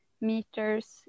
meters